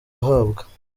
yahabwa